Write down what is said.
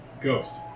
ghost